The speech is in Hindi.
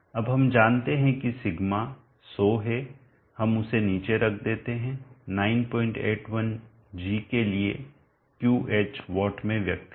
अब हम जानते हैं कि σ 100 है हम उस नीचे रख देते हैं 981 g के लिए Qh वाट में व्यक्त किया